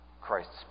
Christ's